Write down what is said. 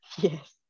Yes